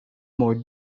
more